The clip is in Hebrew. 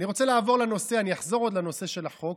אני אחזור עוד לנושא של החוק,